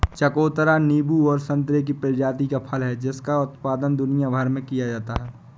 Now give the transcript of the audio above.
चकोतरा नींबू और संतरे की प्रजाति का फल है जिसका उत्पादन दुनिया भर में किया जाता है